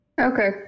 Okay